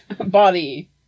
Body